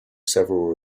several